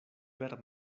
per